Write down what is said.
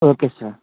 okay sir